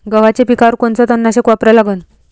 गव्हाच्या पिकावर कोनचं तननाशक वापरा लागन?